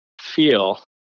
feel